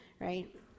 right